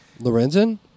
Lorenzen